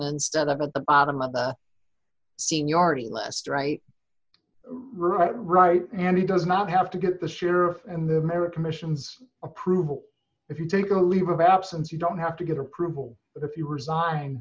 instead of at the bottom of the seniority lester right right right and he does not have to get the sheriff and the american missions approval if you take a leave of absence five you don't have to get approval but if you resign